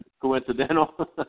coincidental